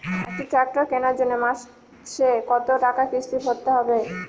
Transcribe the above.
একটি ট্র্যাক্টর কেনার জন্য মাসে কত টাকা কিস্তি ভরতে হবে?